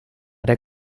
der